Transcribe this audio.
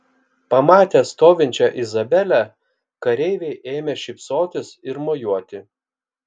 pamatę stovinčią izabelę kareiviai ėmė šypsotis ir mojuoti